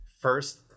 first